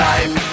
Life